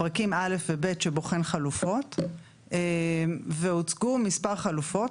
פרקים אל"ף ובי"ת שבוחן חלופות הוצגו מספר חלופות.